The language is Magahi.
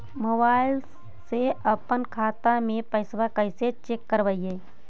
मोबाईल से अपन खाता के पैसा कैसे चेक करबई?